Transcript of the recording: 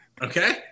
okay